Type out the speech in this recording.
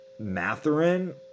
Matherin